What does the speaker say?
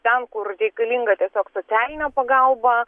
ten kur reikalinga tiesiog socialinė pagalba